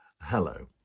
Hello